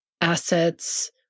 assets